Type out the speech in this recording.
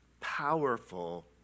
powerful